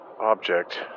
object